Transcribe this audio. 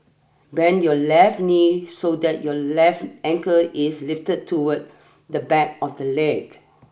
bend your left knee so that your left ankle is lifted toward the back of the leg